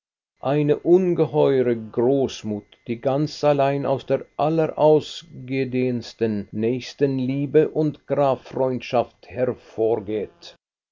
eine ungeheure großmut die ganz allein aus der allerausgedehntesten nächstenliebe und gastfreundschaft hervorgeht